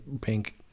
Pink